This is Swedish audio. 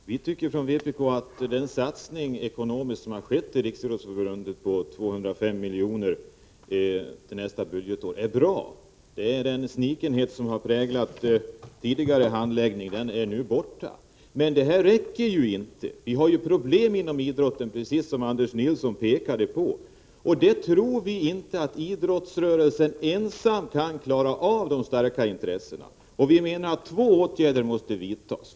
Fru talman! Vi tycker från vpk att den ekonomiska satsning som görs med 205 milj.kr. till Riksidrottsförbundet för nästa budgetår är bra. Den snikenhet som har präglat tidigare handläggning är nu borta. Men det här räcker ju inte. Det finns problem inom idrotten, precis som Anders Nilsson pekade på, och vi tror inte att idrottsrörelsen ensam kan klara av de starka intressen som den har att brottas med. Vi menar att två åtgärder måste vidtas.